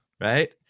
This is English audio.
Right